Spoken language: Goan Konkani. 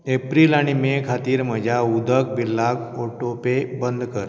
एप्रील आनी मे खातीर म्हज्या उदक बिल्लाक ऑटो पे बंद कर